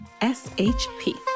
SHP